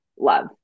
love